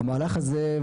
המהלך הזה,